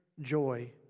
joy